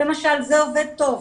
למשל זה עובד טוב.